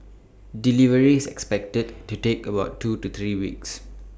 delivery is expected to take about two to three weeks